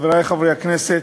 חברי חברי הכנסת,